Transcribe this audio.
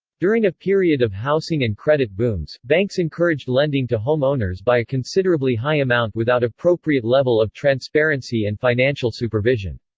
during a period of housing and credit booms, banks encouraged lending to home owners by a considerably high amount without appropriate level of transparency and financial supervision.